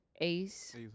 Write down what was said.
Ace